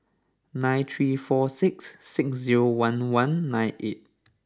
nine three four six six zero one one nine eight